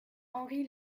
henri